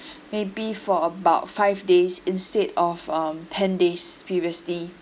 maybe for about five days instead of um ten days previously